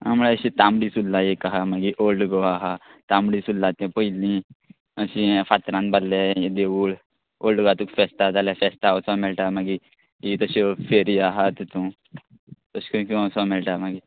आं माय अशें तांबडी सुर्ला एक आहा मागी ओल्ड गोवा आहा तांबडी सुर्ला तें पयलीं अशें फातरान बांदलें यें देवूळ ओल्ड गोवा तुका फेस्ता जाल्या फेस्ता वचोंग मेळटा मागीर हीं तश्यो फेरयो आहा तितू तश खंय खंय वोसो मेळटा मागीर